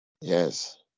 Yes